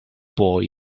boy